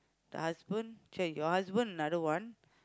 the husband !chey! your husband another one